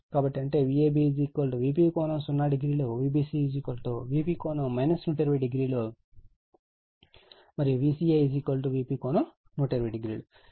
కాబట్టి అంటే Vab Vp ∠00 Vbc Vp ∠ 1200 మరియు Vca Vp ∠1200